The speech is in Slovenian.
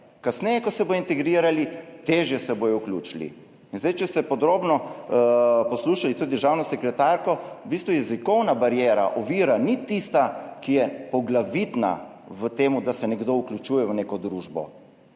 Kasneje ko se bodo integrirali, težje se bodo vključili. Če ste podrobno poslušali tudi državno sekretarko, v bistvu jezikovna bariera, ovira ni tista, ki je poglavitna v tem, da se nekdo vključuje v neko družbo.